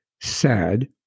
sad